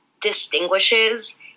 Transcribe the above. distinguishes